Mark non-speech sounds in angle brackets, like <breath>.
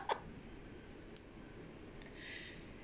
<laughs> <breath>